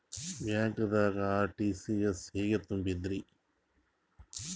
ಬ್ಯಾಂಕ್ದಾಗ ಆರ್.ಟಿ.ಜಿ.ಎಸ್ ಹೆಂಗ್ ತುಂಬಧ್ರಿ?